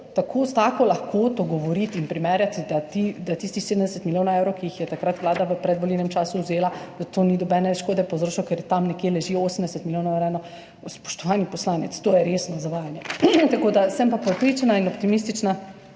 tako lahkoto govoriti in primerjati, da tistih 70 milijonov evrov, ki jih je takrat Vlada v predvolilnem času vzela, ni nobene škode povzročilo, ker tam nekje leži 80 milijonov evrov, spoštovani poslanec, to je resno zavajanje. Sem pa prepričana in optimistična